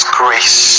grace